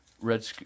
Red